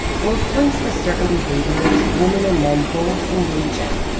bowles points to certain behaviors women and men both engage in,